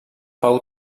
pau